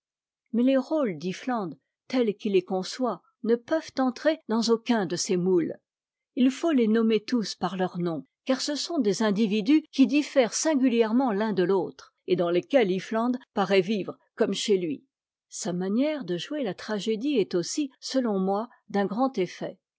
mais les rôles d'iftiand tels qu'il les conçoit ne peuvent entrer dans aucun de ces moutes il faut les nommer tous par leur nom car ce sont des individus qui diffèrent singulièrement t'un de l'autre et dans lesquels iffland paraît vivre comme chez lui sa manière de jouer la tragédie est aussi selon moi d'un grand effet